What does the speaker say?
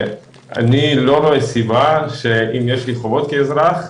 אני לא רואה סיבה, שאם יש לי חובות כאזרח,